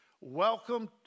Welcome